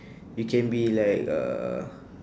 you can be like uh